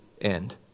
end